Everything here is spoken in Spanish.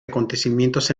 acontecimientos